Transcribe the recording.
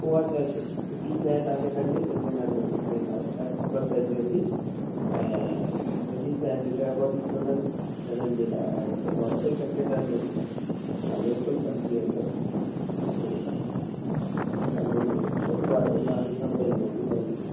उहा चांहि फ़ि फिकी चांहि तव्हांखे नंढे कंटेनर में मोकिलींदासीं तव्हांखे ख़बर पेईजी वेंदी ऐं मिठी चांहि जेका आहे उहा बि चोॾहंनि ॼणनि लाइ आहे त उहा वॾे कंटेनर में ईंदी हा बिल्कुलु समुझी वेंदव हा सही आहे हा असांजो जेको छोकिरो आहे उहो तव्हांखे समुझाईंदो ॿुधाईंदो